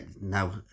now